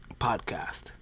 Podcast